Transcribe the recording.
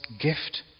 gift